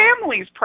families